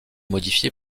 modifié